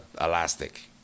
elastic